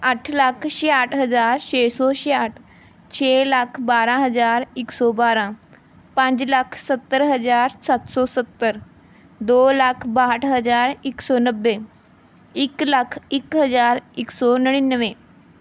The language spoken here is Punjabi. ਅੱਠ ਲੱਖ ਛਿਆਹਠ ਹਜ਼ਾਰ ਛੇ ਸੌ ਛਿਆਹਠ ਛੇ ਲੱਖ ਬਾਰ੍ਹਾਂ ਹਜ਼ਾਰ ਇੱਕ ਸੌ ਬਾਰ੍ਹਾਂ ਪੰਜ ਲੱਖ ਸੱਤਰ ਹਜ਼ਾਰ ਸੱਤ ਸੌ ਸੱਤਰ ਦੋ ਲੱਖ ਬਾਹਠ ਹਜ਼ਾਰ ਇੱਕ ਸੌ ਨੱਬੇ ਇੱਕ ਲੱਖ ਇੱਕ ਹਜ਼ਾਰ ਇੱਕ ਸੌ ਨੜਿਨਵੇਂ